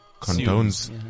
Condones